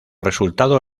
resultado